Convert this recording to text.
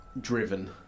driven